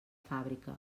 fàbrica